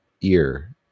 ear